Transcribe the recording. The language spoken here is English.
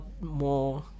more